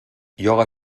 lloga